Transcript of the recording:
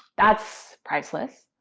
that's priceless.